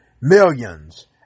millions